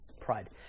pride